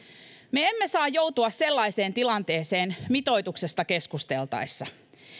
me emme saa joutua sellaiseen tilanteeseen mitoituksesta keskusteltaessa